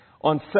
On